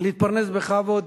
להתפרנס בכבוד